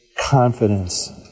confidence